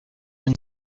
une